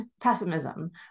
pessimism